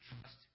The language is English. Trust